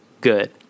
good